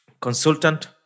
consultant